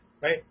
Right